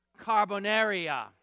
carbonaria